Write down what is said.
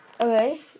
Okay